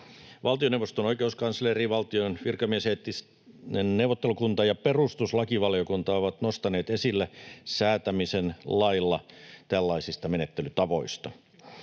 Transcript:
Valtioneuvoston oikeuskansleri, valtion virkamieseettinen neuvottelukunta ja perustuslakivaliokunta ovat nostaneet esille säätämisen lailla tällaisista menettelytavoista.